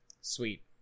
Sweet